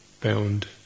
bound